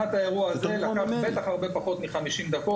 זה בטח לקח הרבה פחות מ-50 דקות.